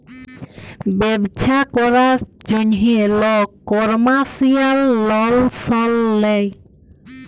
ব্যবছা ক্যরার জ্যনহে লক কমার্শিয়াল লল সল লেয়